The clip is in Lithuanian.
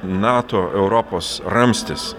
nato europos ramstis